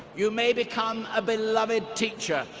you may become a beloved teacher.